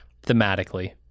thematically